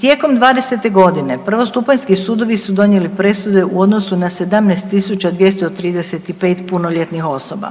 Tijekom '20. godine prvostupanjski sudovi su donijeli presude u odnosu na 17.235 punoljetnih osoba,